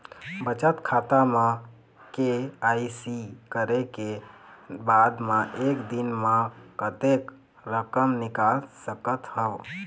बचत खाता म के.वाई.सी करे के बाद म एक दिन म कतेक रकम निकाल सकत हव?